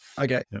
Okay